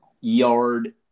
yard